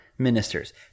ministers